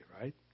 right